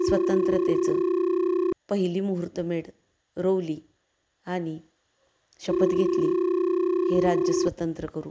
स्वतंत्रतेचं पहिली मुहूर्तमेढ रोवली आणि शपथ घेतली हे राज्य स्वतंत्र करू